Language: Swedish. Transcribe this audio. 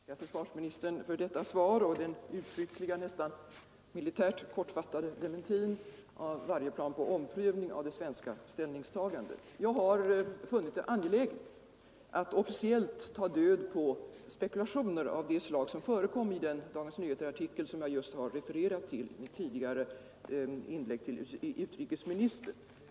Herr talman! Jag tackar försvarsministern för detta svar och den uttryckliga, nästan militärt kortfattade dementin om varje plan på omprövning av det svenska ställningstagandet. Jag har funnit det angeläget att officiellt ta död på spekulationer av det slag som förekommer i den Dagens Nyheter-artikel som jag har refererat till i mitt inlägg i debatten med utrikesministern nyss.